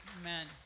Amen